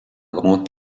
grand